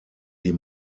die